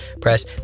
press